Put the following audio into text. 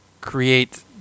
create